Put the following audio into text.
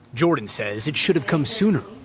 jordan says it should have come sooner.